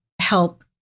help